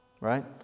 right